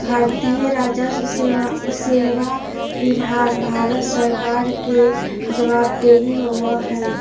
भारतीय राजस्व सेवा विभाग भारत सरकार के जवाबदेह होबा हई